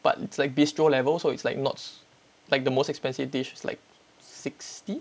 but it's like bistro level so it's like not like the most expensive dish is like sixty